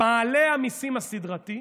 מעלה המיסים הסדרתי,